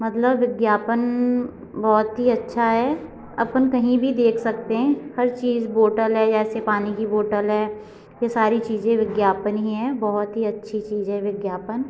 मतलब विज्ञापन बहुत ही अच्छा है अपन कहीं भी देख सकते हैं हर चीज बोटल है जैसे पानी की बोटल है ये सारी चीज़ें विज्ञापान ही हीं हैं बहुत ही अच्छी चीज है विज्ञापन